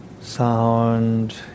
sound